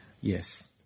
yes